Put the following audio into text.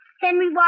Henry